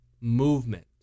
movement